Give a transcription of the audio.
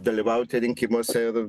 dalyvauti rinkimuose ir